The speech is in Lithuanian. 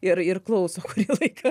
ir ir klauso kurį laiką